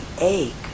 ache